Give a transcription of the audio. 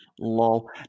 Lol